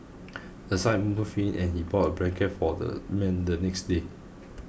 the sight moved him and he bought a blanket for the man the next day